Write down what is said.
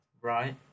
Right